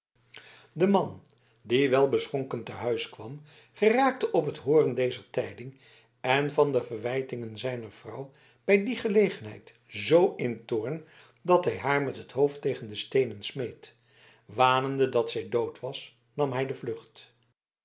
de man die wel beschonken te huis kwam geraakte op het hooren dezer tijding en van de verwijtingen zijner vrouw bij die gelegenheid zoo in toorn dat hij haar met het hoofd tegen de steenen smeet wanende dat zij dood was nam hij de vlucht